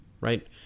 right